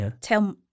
tell